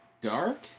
Dark